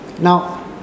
now